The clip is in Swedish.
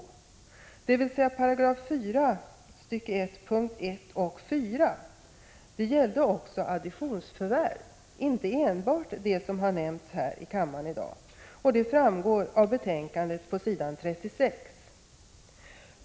Ärendet enligt 4 §, första stycket, punkterna 1 och 4, gällde också additionsförvärv, inte enbart det som har nämnts här i kammaren i dag. Det framgår av betänkandet på s. 36.